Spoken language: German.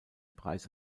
preis